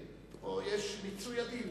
פה יש מיצוי הדין.